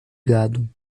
gado